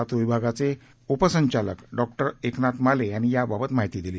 लातूर विभागीय मंडळाचे उपसंचालक डॉ एकनाथ माले यांनी याबाबत माहिती दिली